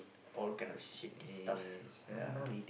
all kind of shitty stuffs ya